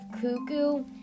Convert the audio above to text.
Cuckoo